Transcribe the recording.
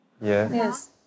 Yes